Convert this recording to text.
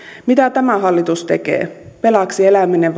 mitä tämä hallitus tekee velaksi eläminen